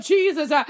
Jesus